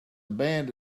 band